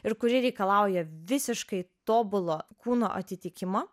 ir kuri reikalauja visiškai tobulo kūno atitikimo